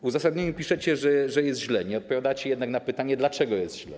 W uzasadnieniu piszecie, że jest źle, nie odpowiadacie jednak na pytanie, dlaczego jest źle.